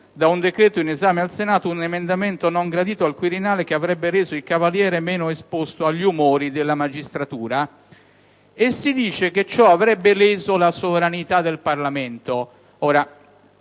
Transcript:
da un decreto in esame al Senato un emendamento non gradito al Quirinale, che avrebbe reso il Cavaliere meno esposto agli umori della magistratura, affermandosi anche che ciò avrebbe leso la sovranità del Parlamento.